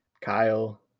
Kyle